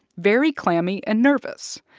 very clammy and nervous.